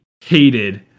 hated